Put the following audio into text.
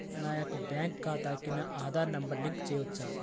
నా యొక్క బ్యాంక్ ఖాతాకి నా ఆధార్ నంబర్ లింక్ చేయవచ్చా?